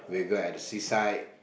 we go at the seaside